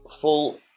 full